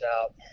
out